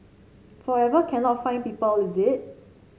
forever cannot find people is it